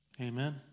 Amen